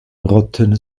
rotten